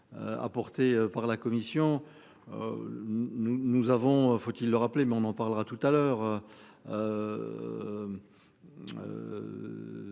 Apportés par la commission. Nous nous avons, faut-il le rappeler, mais on en parlera tout à l'heure.